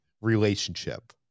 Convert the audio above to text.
relationship